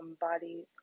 bodies